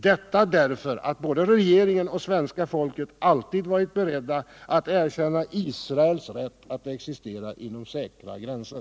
Detta därför att både regeringen och svenska folket alltid varit beredda att erkänna Israels rätt att existera inom säkra gränser.